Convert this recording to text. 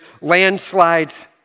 landslides